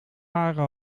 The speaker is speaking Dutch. waren